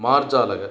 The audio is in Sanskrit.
मार्जालः